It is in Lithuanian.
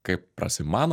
kaip prasimano